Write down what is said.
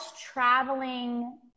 traveling